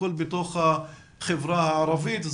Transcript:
הכול בתוך החברה הערבית.